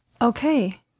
Okay